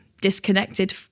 disconnected